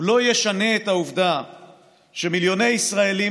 הוא לא ישנה את העובדה שמיליוני ישראלים